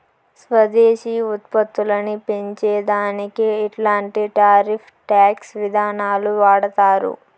స్వదేశీ ఉత్పత్తులని పెంచే దానికి ఇట్లాంటి టారిఫ్ టాక్స్ విధానాలు వాడతారు